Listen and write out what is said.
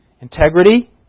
Integrity